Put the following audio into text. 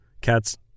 cats